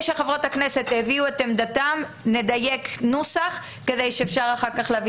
ונדייק נוסח כדי שאפשר יהיה להביא לדיון קרוב בוועדה.